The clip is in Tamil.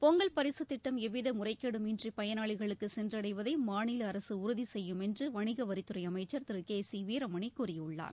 பொங்கல் பரிசுத் திட்டம் எவ்வித முறைகேடும் இன்றி பயனாளிகளுக்கு சென்றடைவதை மாநில அரசு உறுதி செய்யும் என்று வணிக வரித்துறை அமைச்சர் திரு கே சி வீரமணி கூறியுள்ளார்